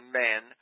men